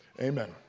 Amen